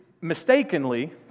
mistakenly